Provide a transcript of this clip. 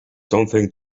something